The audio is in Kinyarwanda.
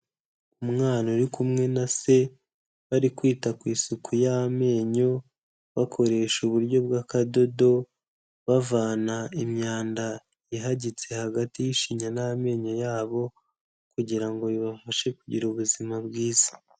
Umwana uri kumwe na se, bari kwita ku isuku y'amenyo, bakoresha uburyo bw'akadodo, bavana imyanda ihagitse hagati y'ishinya n'amenyo yabo, kugira ngo bibafashe kugira ubuzima bwiza.